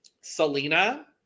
Selena